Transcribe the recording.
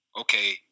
okay